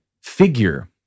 figure